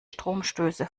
stromstöße